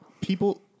People